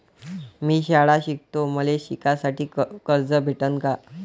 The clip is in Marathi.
मी शाळा शिकतो, मले शिकासाठी कर्ज भेटन का?